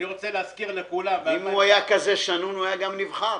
אם הוא היה כזה שנון, הוא היה גם נבחר.